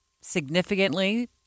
significantly